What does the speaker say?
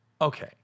okay